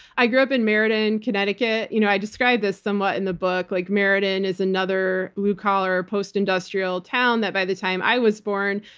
i grew up in meriden, connecticut. you know i described this somewhat in the book. like meriden is another blue collar, post-industrial town that by the time i was born,